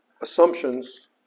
Assumptions